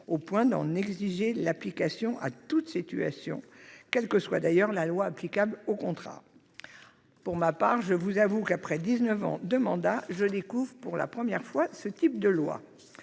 au point d'en exiger l'application à toute situation, quelle que soit par ailleurs la loi applicable au contrat. Pour ma part, je vous avoue que, après dix-neuf ans de mandat, je découvre ce type de loi,